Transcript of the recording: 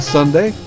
Sunday